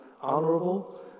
honorable